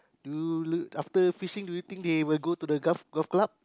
do after fishing do you think they will go to the gulf golf club